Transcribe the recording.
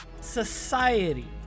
society